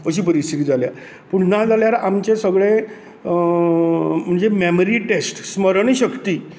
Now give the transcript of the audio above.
अशी परिस्थीती जाल्या पूण ना जाल्यार आमचें सगळें म्हणजे मॅमरी टॅस्ट्स स्मरण शक्ती